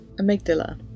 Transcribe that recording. amygdala